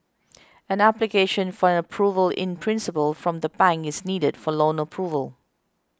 an application for an Approval in Principle from the bank is needed for loan approval